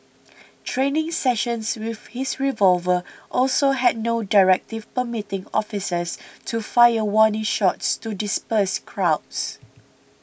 training sessions with his revolver also had no directive permitting officers to fire warning shots to disperse crowds